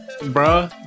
bro